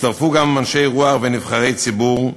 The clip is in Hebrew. והצטרפו גם אנשי רוח ונבחרי ציבור.